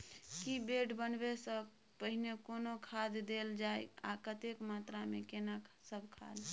की bed बनबै सॅ पहिने कोनो खाद देल जाय आ कतेक मात्रा मे केना सब खाद?